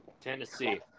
Tennessee